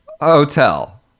Hotel